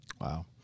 Wow